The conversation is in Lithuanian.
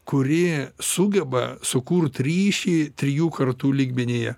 kuri sugeba sukurt ryšį trijų kartų lygmenyje